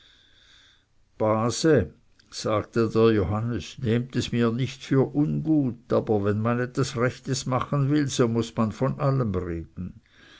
base sagte johannes nehmt es mir nicht für ungut aber wenn man etwas rechtes machen will so muß man von allem reden